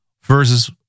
versus